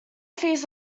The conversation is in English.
fees